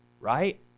right